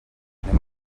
anem